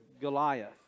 Goliath